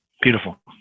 beautiful